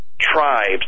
tribes